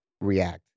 react